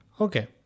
Okay